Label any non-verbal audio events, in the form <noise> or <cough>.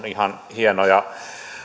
<unintelligible> ihan hienoja